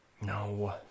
No